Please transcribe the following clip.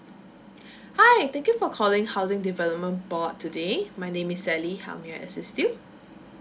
hi thank you for calling housing development bored today my name is sally how may I assist you